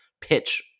pitch